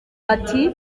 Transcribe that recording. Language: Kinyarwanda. ati